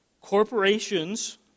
Corporations